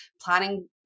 planning